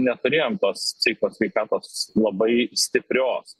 neturėjom tos sveikos sveikatos labai stiprios